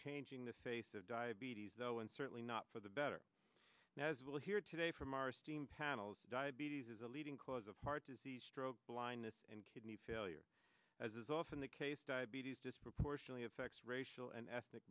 changing the face of diabetes though and certainly not for the better as we'll hear today from our esteemed panel of diabetes is a leading cause of heart disease stroke blindness and kidney failure as is often the case diabetes disproportionately affects racial and ethnic